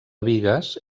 bigues